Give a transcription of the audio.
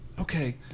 Okay